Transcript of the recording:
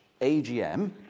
AGM